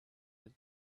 that